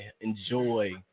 enjoy